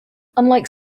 unlike